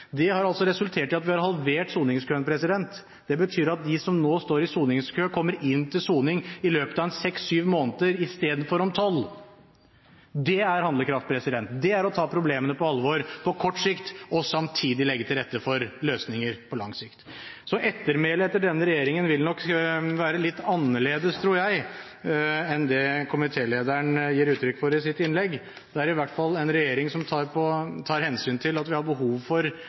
Det har resultert i at vi har halvert soningskøen. Det betyr at de som nå står i soningskø, kommer inn til soning i løpet av seks–syv måneder istedenfor om tolv. Det er handlekraft. Det er å ta problemene på alvor – på kort sikt og samtidig legge til rette for løsninger på lang sikt. Ettermælet til denne regjeringen vil nok være litt annerledes, tror jeg, enn det komitélederen gir uttrykk for i sitt innlegg. Det er i hvert fall en regjering som tar hensyn til at vi har behov for